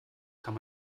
kann